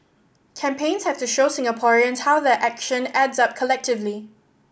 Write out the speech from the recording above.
campaigns have to show Singaporeans how their action adds up collectively